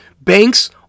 Banks